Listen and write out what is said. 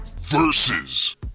versus